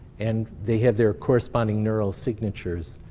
and they have their corresponding neural signatures,